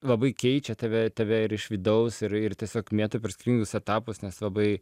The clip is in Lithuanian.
labai keičia tave tave ir iš vidaus ir ir tiesiog mėto per skirtingus etapus nes labai